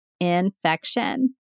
infection